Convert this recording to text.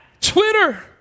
Twitter